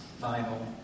final